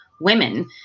Women